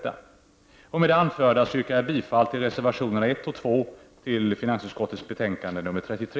Med det anförda yrkar jag bifall till reservationerna 1 och 2 i finansutskottets betänkande nr 33.